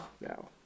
no